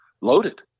loaded